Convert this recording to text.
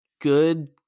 good